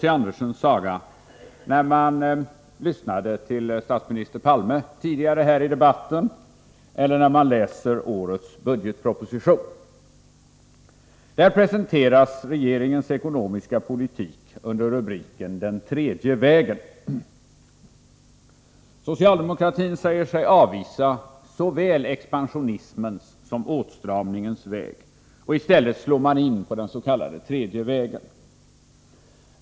C. Andersens saga när man lyssnar till statsminister Palme i dagens debatt eller när man läser årets budgetproposition. Där presenteras regeringens ekonomiska politik under rubriken Den tredje vägen. Socialdemokratin säger sig avvisa såväl expansionismens som åtstramningens väg. I stället slår man in på den s.k. tredje vägen.